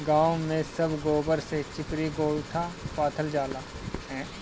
गांव में सब गोबर से चिपरी गोइठा पाथल जाला